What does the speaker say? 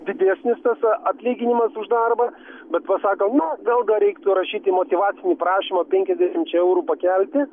didesnis tas atlyginimas už darbą bet pasako na gal dar reiktų rašyti motyvacinį prašymą penkiasdešimčia eurų pakelti